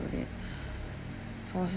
put it positive